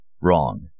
Wrong